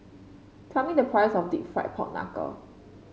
tell me the price of deep fried Pork Knuckle